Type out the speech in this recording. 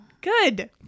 Good